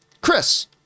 Chris